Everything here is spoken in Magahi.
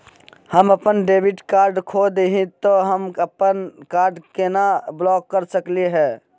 हम अपन डेबिट कार्ड खो दे ही, त हम अप्पन कार्ड के केना ब्लॉक कर सकली हे?